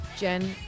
Jen